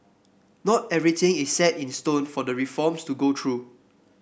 not everything is set in stone for the reforms to go through